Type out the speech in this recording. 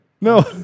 No